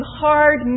hard